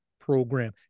program